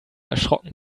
erschrocken